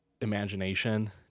imagination